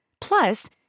Plus